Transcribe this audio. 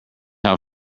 how